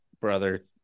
brother